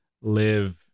live